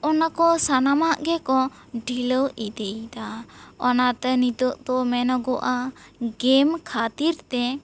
ᱚᱱᱟ ᱠᱚ ᱥᱟᱱᱟᱢᱟᱜ ᱜᱮᱠᱚ ᱰᱷᱤᱞᱟᱹᱣ ᱤᱫᱤ ᱫᱟ ᱚᱱᱟᱛᱮ ᱱᱤᱛᱚᱜ ᱫᱚ ᱢᱮᱱᱚᱜᱚᱜᱼᱟ ᱜᱮᱢ ᱠᱷᱟᱹᱛᱤᱨ ᱛᱮ